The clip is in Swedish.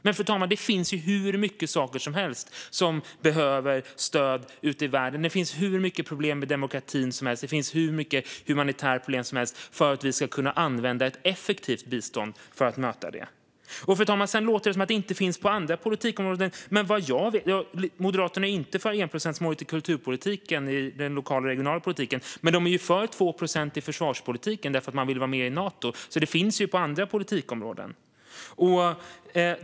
Men, fru talman, det finns ju hur mycket saker som helst som behöver stöd ute i världen. Det finns hur mycket problem med demokratin som helst. Det finns hur mycket humanitära problem som helst som vi kan använda ett effektivt bistånd för att möta. Fru talman! Det låter också på Moderaterna som att det inte finns några procentmål på andra politikområden. Moderaterna är inte för ett enprocentsmål i kulturpolitiken i den lokala och regionala politiken. Men de är för 2 procent i försvarspolitiken eftersom de vill att Sverige ska vara med i Nato. Detta finns alltså på andra politikområden.